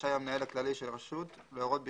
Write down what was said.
רשאי המנהל הכללי של הרשות להורות בכתב,